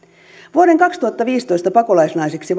vuoden kaksituhattaviisitoista pakolaisnaiseksi